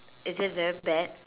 is it very bad